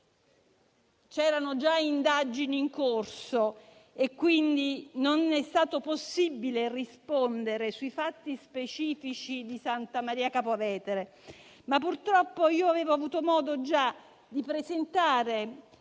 c'erano indagini già in corso e quindi non è stato possibile rispondere sui fatti specifici di Santa Maria Capua Vetere. Purtroppo però avevo già avuto modo di presentare